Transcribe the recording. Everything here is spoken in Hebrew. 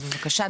אז בבקשה,